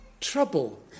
trouble